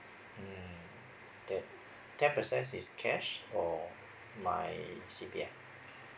mm ten ten percent is cash or my C P F